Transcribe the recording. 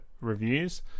reviews